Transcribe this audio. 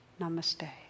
Namaste